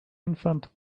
infant